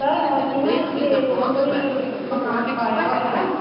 sir ਵੈਸੇ ਨਾ ਇੱਥੇ ਲੋਕਲ ਹੀ ਮਕਾਨ ਪਾਇਆ ਹੋਇਆ